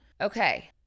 Okay